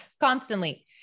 constantly